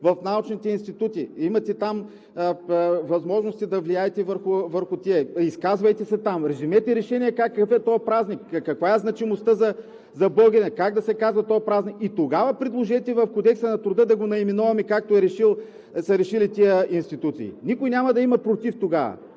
в научните институти, имате там възможности да влияете върху тях, изказвайте се там, вземете решение какъв е този празник, каква е значимостта за българина, как да се казва този празник и тогава предложете в Кодекса на труда да го наименоваме, както са решили тези институти. Никой няма да има против тогава.